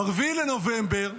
ב-4 בנובמבר,